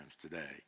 today